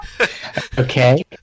Okay